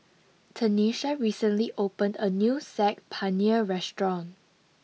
Tenisha recently opened a new Saag Paneer restaurant